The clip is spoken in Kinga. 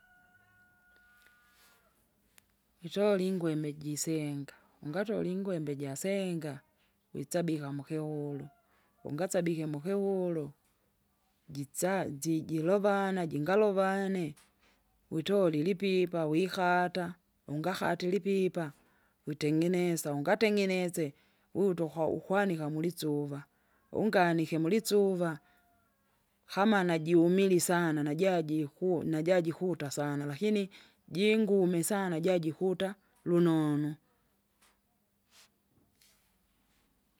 witole ingweme jisenga, ungatole ingwembe jasenga witsabika mukiulu, ungasabike mukiwulu, jitsaji jilovana jingalovane, witole ilipipa wikata, ungakati lipipa, witengenesa ungatengenese, wuto ukwau- ukwanika musisuva. Unganike mlisuva, kama najumili sana najajiku- najajikuta sana lakini jingume sana jajikutalunonu.